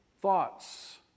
thoughts